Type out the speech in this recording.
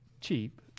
cheap